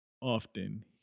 often